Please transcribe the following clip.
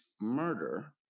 murder